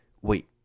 wait